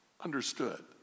Understood